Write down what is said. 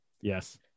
Yes